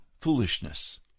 foolishness